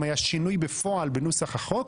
אם היה שינוי בפועל בנוסח החוק